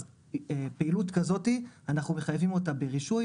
אז פעילות כזאתי אנחנו מחייבים אותה ברישוי,